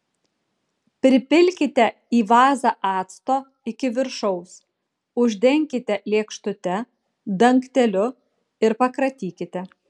pripilkite į vazą acto iki viršaus uždenkite lėkštute dangteliu ir pakratykite